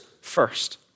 first